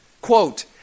quote